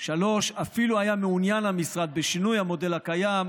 3. אפילו היה מעוניין המשרד בשינוי המודל הקיים,